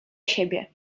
siebie